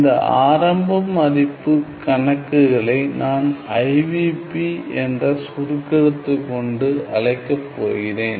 இந்த ஆரம்ப மதிப்பு கணக்குகளை நான் IVP என்ற சுருக்கெழுத்து கொண்டு அழைக்கப் போகிறேன்